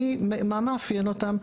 מה מאפיין אותם?